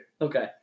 Okay